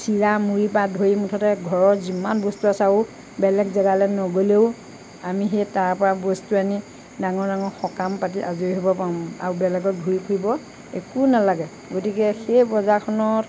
চিৰা মুড়ীৰ পৰা ধৰি মুঠতে ঘৰৰ যিমান বস্তু আছে আৰু বেলেগ জেগালে নগ'লেও আমি সেই তাৰ পৰা বস্তু আনি ডাঙৰ ডাঙৰ সকাম পাতি আজৰি হ'ব পাৰোঁ আৰু বেলেগত ঘূৰি ফুৰিব একো নালাগে গতিকে সেই বজাৰখনত